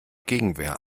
gegenwehr